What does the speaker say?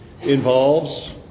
involves